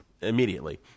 immediately